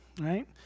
right